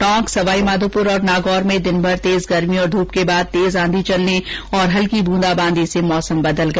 टोक सवाईमाधोप्र और नागौर में दिनभर तेज गर्मी और ध्रप के बाद तेज आंधी चलने और हल्की बूंदाबांदी से मौसम बदल गया